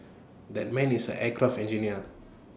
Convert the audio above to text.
that man is an aircraft engineer